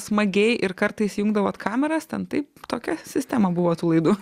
smagiai ir kartais įjungdavot kameras ten taip tokia sistema buvo tų laidų